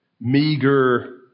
meager